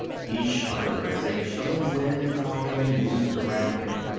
he shuddered as a chilling wind caught him and moved around him.